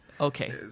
Okay